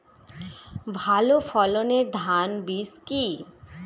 ভালো ফলনের ধান বীজ কি?